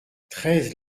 treize